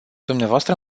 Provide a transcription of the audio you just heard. dumneavoastră